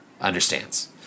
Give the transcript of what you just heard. understands